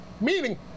meaning